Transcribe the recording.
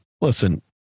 listen